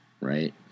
right